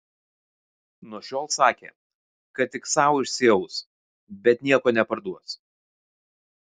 nuo šiol sakė kad tik sau išsiaus bet nieko neparduos